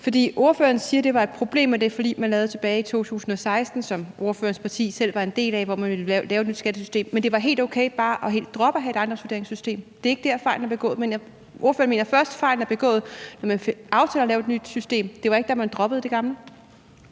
ordføreren siger. For ordføreren siger, at det var et problem med det forlig, man lavede tilbage i 2016, som ordførerens parti selv var en del af, og hvor man ville lave et nyt skattesystem. Men var det helt okay bare helt at droppe at have et ejendomsvurderingssystem, så det ikke er der, fejlen er begået? Ordføreren mener først, at fejlen er begået, da man aftaler at lave et nyt system – det var ikke, da man droppede det gamle?